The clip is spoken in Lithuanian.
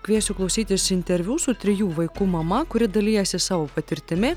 kviesiu klausytis interviu su trijų vaikų mama kuri dalijasi savo patirtimi